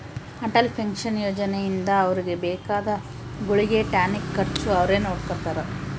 Atal pension ಯೋಜನೆ ಇಂದ ಅವ್ರಿಗೆ ಬೇಕಾದ ಗುಳ್ಗೆ ಟಾನಿಕ್ ಖರ್ಚು ಅವ್ರೆ ನೊಡ್ಕೊತಾರ